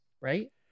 right